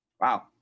Wow